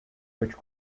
which